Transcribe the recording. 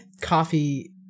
coffee